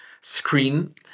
screen